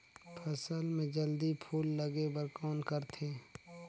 फसल मे जल्दी फूल लगे बर कौन करथे?